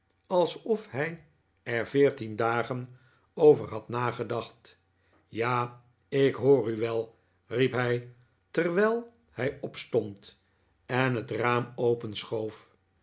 alsof hij er veertien dagen over had nagedacht ja ik hoor u wel riep hij terwijl hij opstond en het raam